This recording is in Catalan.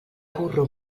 burro